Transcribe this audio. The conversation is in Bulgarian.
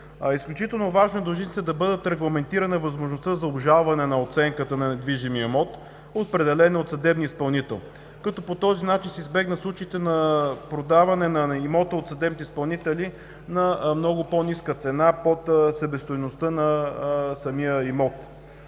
Изключително важно е да бъде регламентирана възможността за обжалване на оценката на недвижимия имот, определена от съдебния изпълнител, от длъжниците, като по този начин се избегнат случаите на продаване на имота от съдебните изпълнители на много по-ниска цена под себестойността на самия имот.